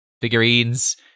figurines